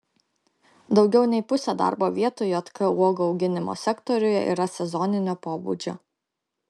daugiau nei pusė darbo vietų jk uogų auginimo sektoriuje yra sezoninio pobūdžio